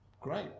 great